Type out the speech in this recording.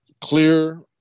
clear